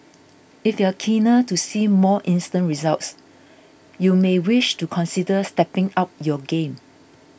if you're keener to see more instant results you may wish to consider stepping up your game